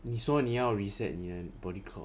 你说你要 reset 你的 body clock